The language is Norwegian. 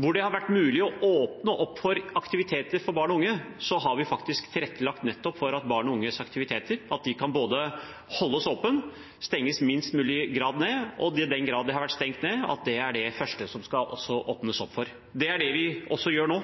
Der det har vært mulig å åpne opp aktiviteter for barn og unge, har vi også tilrettelagt for at de både har kunnet holdes åpne og i minst mulig grad stenges ned. I den grad de har vært stengt ned, har de også vært det første som det har blitt åpnet opp for. Det gjør vi også nå.